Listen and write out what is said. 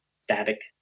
static